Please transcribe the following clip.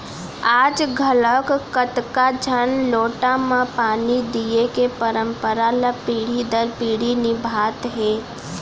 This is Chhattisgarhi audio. आज घलौक कतको झन लोटा म पानी दिये के परंपरा ल पीढ़ी दर पीढ़ी निभात हें